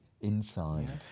inside